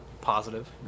positive